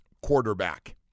quarterback